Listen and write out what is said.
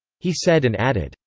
he said and added,